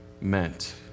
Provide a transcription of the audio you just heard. meant